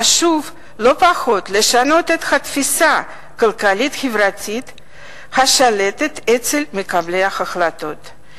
חשוב לא פחות לשנות את התפיסה הכלכלית-חברתית השלטת אצל מקבלי ההחלטות,